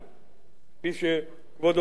כפי שכבודו זוכר בוודאי.